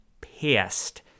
pissed